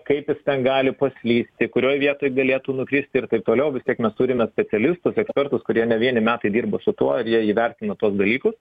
kaip jis ten gali paslysti kurioj vietoj galėtų nukristi ir kaip toliau vis tiek mes turime specialistus ekspertus kurie ne vieni metai dirba su tuo ir jie įvertina tuos dalykus